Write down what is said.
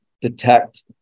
detect